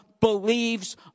believes